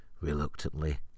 reluctantly